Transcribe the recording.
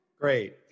Great